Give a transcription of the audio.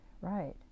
right